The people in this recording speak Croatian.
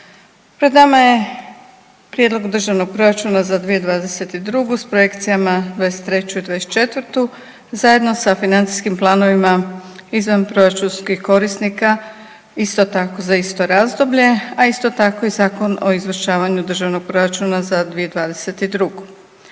Pred nama je Prijedlog državnog proračuna za 2022. s projekcijama za '23. i '24. zajedno sa financijskim planovima izvanproračunskih korisnika isto tako za isto razdoblje, a isto tako i Zakon o izvršavanju državnog proračuna za 2022.